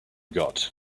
got